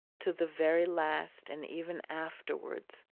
to the very last, and even afterwards,